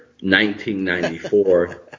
1994